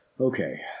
Okay